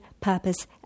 purpose